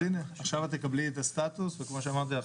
אז הנה עכשיו את תקבלי את הסטטוס וכמו שאמרתי לך,